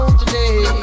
today